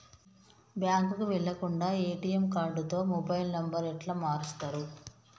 బ్యాంకుకి వెళ్లకుండా ఎ.టి.ఎమ్ కార్డుతో మొబైల్ నంబర్ ఎట్ల మారుస్తరు?